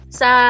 sa